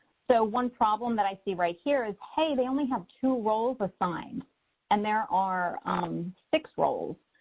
so one problem that i see right here is, hey, they only have two roles assigned and there are um six roles.